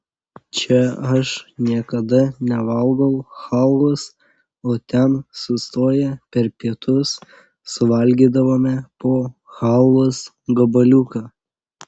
čia aš niekada nevalgau chalvos o ten sustoję per pietus suvalgydavome po chalvos gabaliuką